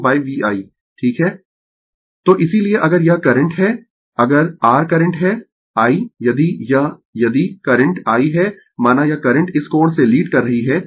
Refer Slide Time 1811 तो इसीलिये अगर यह करंट है अगर r करंट है I यदि यह यदि करंट I है माना यह करंट इस कोण से लीड कर रही है ठीक है